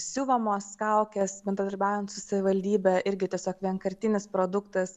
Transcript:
siuvamos kaukės bendradarbiaujant su savivaldybe irgi tiesiog vienkartinis produktas